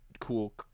cool